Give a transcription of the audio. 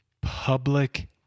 Public